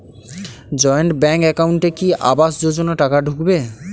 Joint bank একাউন্টে কি আবাস যোজনা টাকা ঢুকবে?